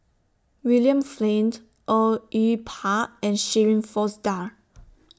William Flint Au Yue Pak and Shirin Fozdar